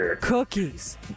cookies